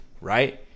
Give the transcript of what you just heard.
Right